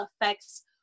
Affects